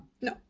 no